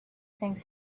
things